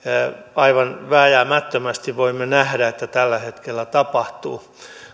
aivan vääjäämättömästi voimme nähdä että tällä hetkellä tapahtuu